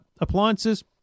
appliances